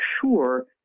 sure